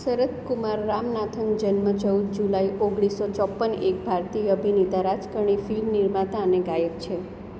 સરથકુમાર રામનાથનમ જન્મ ચૌદ જુલાઈ ઓગણીસો ચોપન એક ભારતીય અભિનેતા રાજકારણી ફિલ્મ નિર્માતા અને ગાયક છે